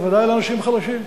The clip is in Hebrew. בוודאי לאנשים חלשים,